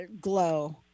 Glow